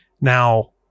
Now